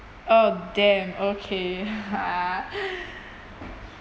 oh damn okay ah